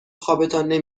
خوابتان